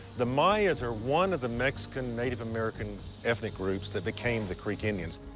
the mayans are one of the mexican native american ethnic groups that became the creek indians.